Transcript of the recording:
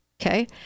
Okay